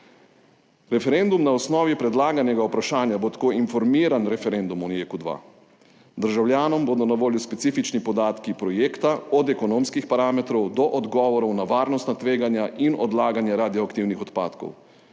Referendum na osnovi predlaganega vprašanja bo tako informiran referendum o JEK2, državljanom bodo na voljo specifični podatki projekta, od ekonomskih parametrov do odgovorov na varnostna tveganja in odlaganje radioaktivnih odpadkov,